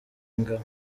ingabo